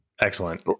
Excellent